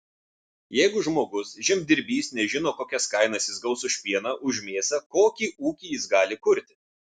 jeigu žmogus žemdirbys nežino kokias kainas jis gaus už pieną už mėsą kokį ūkį jis gali kurti